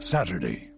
Saturday